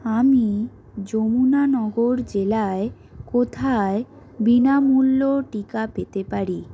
আমি যমুনানগর জেলায় কোথায় বিনামূল্য টিকা পেতে পারি